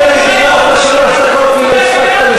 אנחנו מבקשים לדעת מדוע שר הביטחון, ישיבות